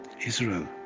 Israel